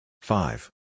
Five